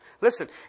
Listen